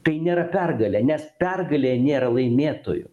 tai nėra pergalė nes pergalė nėra laimėtojų